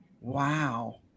Wow